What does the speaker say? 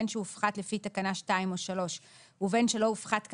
בין שהופחת לפי תקנה 2 או 3 ובין שלא הופחת כאמור,